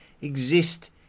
exist